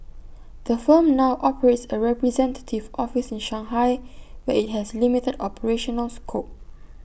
the firm now operates A representative office in Shanghai where IT has limited operational scope